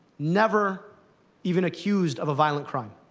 never even accused of a violent crime.